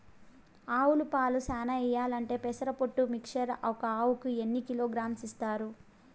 ఆవులు పాలు చానా ఇయ్యాలంటే పెసర పొట్టు మిక్చర్ ఒక ఆవుకు ఎన్ని కిలోగ్రామ్స్ ఇస్తారు?